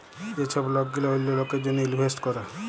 যে ছব লক গিলা অল্য লকের জ্যনহে ইলভেস্ট ক্যরে